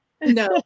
No